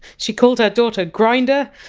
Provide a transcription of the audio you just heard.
she called her daughter grindr?